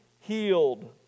healed